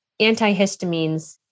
antihistamines